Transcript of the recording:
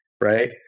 right